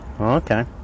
Okay